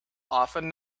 often